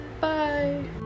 Bye